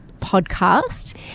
podcast